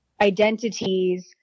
identities